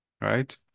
right